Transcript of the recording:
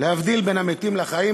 להבדיל בין המתים לחיים,